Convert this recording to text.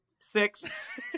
six